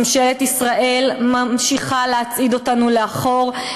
ממשלת ישראל ממשיכה להצעיד אותנו לאחור,